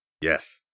Yes